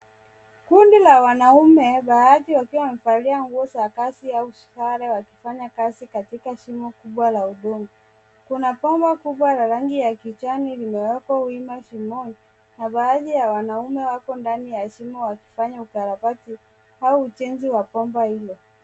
Kundi la wanaume baadhi wakiwa wamevalia nguo za kazi au sare wakifanya kazi katika shimo kubwa la udongo. Kuna bomba kubwa la rangi ya kijani limewekwa wima shimoni na baadhi ya wanaume wako ndani ya shimo wakifanya ukarabati au ujenzi wa bomba hilo.